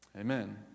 Amen